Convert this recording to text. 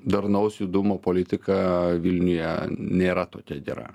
darnaus judumo politika vilniuje nėra tokia gera